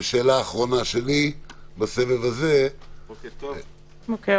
ושאלה אחרונה שלי בסבב הזה - למה המדינה לא ממשיכה או